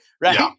Right